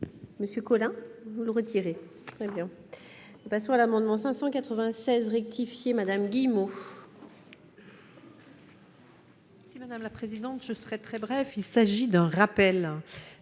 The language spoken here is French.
Monsieur Collin le retirer très bien, passons à l'amendement 596 rectifié, madame Guillemot. Madame la présidente, je serai très bref, il s'agit d'un rappel